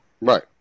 Right